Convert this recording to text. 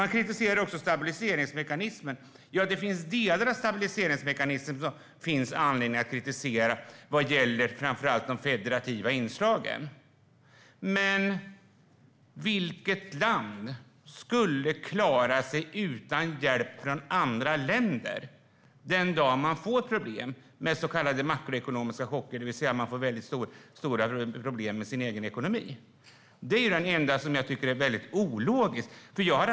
Ni kritiserar också stabiliseringsmekanismen. Ja, det finns anledning att kritisera delar i stabiliseringsmekanismen, framför allt när det gäller de federativa inslagen. Men vilket land skulle klara sig utan hjälp från andra länder den dag som de får problem med så kallade makroekonomiska chocker, det vill säga stora problem med den egna ekonomin? Det är det enda jag tycker är ologiskt.